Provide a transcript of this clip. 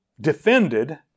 defended